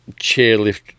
chairlift